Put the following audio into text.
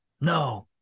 no